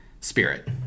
spirit